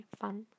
fun